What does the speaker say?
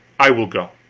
i will go.